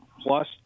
plus